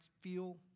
feel